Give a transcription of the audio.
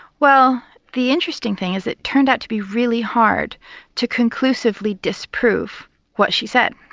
well the interesting thing is it turned out to be really hard to conclusively disprove what she said.